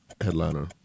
Headliner